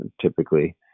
typically